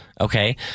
okay